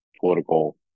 political